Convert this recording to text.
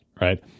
Right